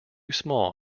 small